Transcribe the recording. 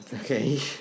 Okay